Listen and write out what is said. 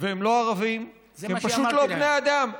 והם לא ערבים, הם פשוט לא בני אדם.